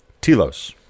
Telos